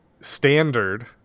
standard